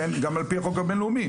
גם על פי החוק הבינלאומי,